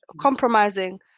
compromising